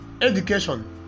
education